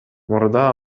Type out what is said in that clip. мурда